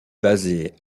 basée